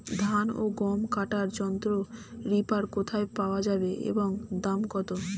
ধান ও গম কাটার যন্ত্র রিপার কোথায় পাওয়া যাবে এবং দাম কত?